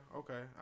okay